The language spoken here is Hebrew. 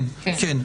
כן, כן.